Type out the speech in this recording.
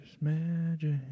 Magic